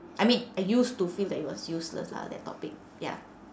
I mean I used to feel that it was useless lah that topic ya